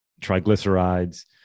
triglycerides